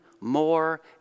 more